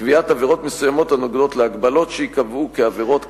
קביעת עבירות מסוימות הנוגעות להגבלות שייקבעו כעבירות קנס,